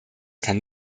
kann